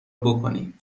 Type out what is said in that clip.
بکنی